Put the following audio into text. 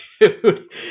dude